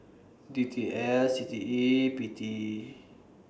D T L C T E P T